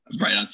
right